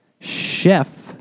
Chef